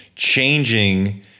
changing